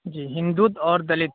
جی ہندوتو اور دلت